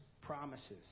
promises